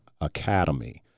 academy